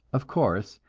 of course,